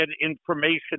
information